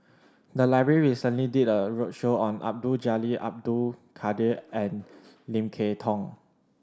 the library recently did a roadshow on Abdul Jalil Abdul Kadir and Lim Kay Tong